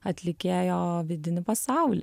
atlikėjo vidinį pasaulį